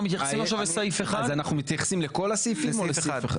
אנחנו מתייחסים לכל הסעיפים או לסעיף 1?